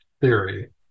theory